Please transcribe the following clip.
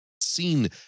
seen